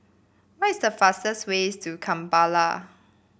what is the fastest way to Kampala